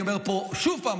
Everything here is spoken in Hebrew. אני אומר פה עוד פעם,